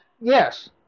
Yes